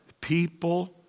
People